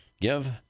Give